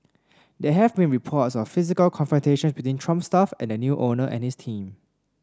there have been reports of physical confrontation between Trump staff and the new owner and his team